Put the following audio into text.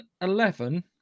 Eleven